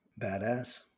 badass